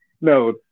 no